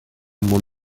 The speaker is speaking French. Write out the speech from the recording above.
mon